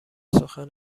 سخن